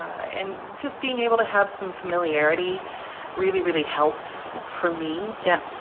and just being able to have some familiarity really, really helps for me. yeah.